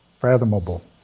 fathomable